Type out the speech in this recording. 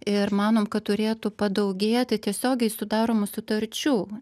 ir manom kad turėtų padaugėti tiesiogiai sudaromų sutarčių